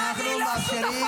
תאפשרו לה להסית.